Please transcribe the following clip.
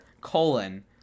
colon